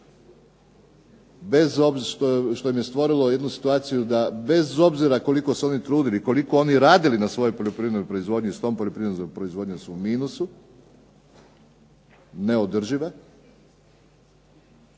bez obzira što im je stvorilo jednu situaciju da bez obzira koliko se oni trudili koliko oni radili na svojoj poljoprivrednoj proizvodnji s tom poljoprivrednoj proizvodnji su u minusu, neodržive.